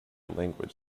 language